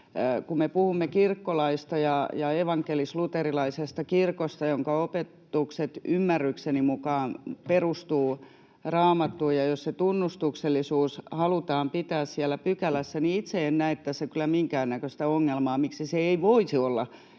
me puhumme kirkkolaista ja evankelis-luterilaisesta kirkosta, jonka opetukset ymmärrykseni mukaan perustuvat Raamattuun, niin jos se tunnustuksellisuus halutaan pitää siellä pykälässä — itse en näe tässä kyllä minkäännäköistä ongelmaa — niin miksi se ei voisi olla